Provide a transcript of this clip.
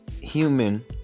human